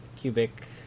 Cubic